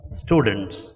students